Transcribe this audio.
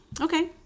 okay